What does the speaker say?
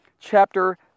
chapter